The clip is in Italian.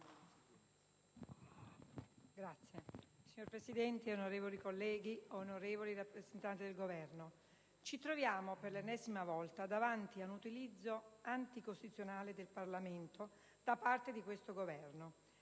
*(IdV)*. Signora Presidente, onorevoli colleghi, onorevoli rappresentanti del Governo, noi ci troviamo, per l'ennesima volta, di fronte a un utilizzo anticostituzionale del Parlamento da parte di questo Governo.